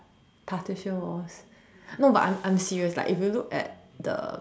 partition walls no but I'm I'm serious like if you look at the